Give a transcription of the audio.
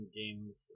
games